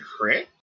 crit